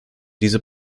diese